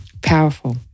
Powerful